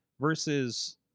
Versus